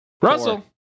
Russell